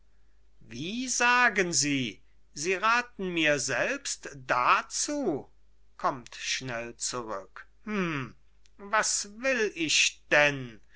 wie sagen sie sie rathen mir selbst dazu kommt schnell zurück hm was will ich denn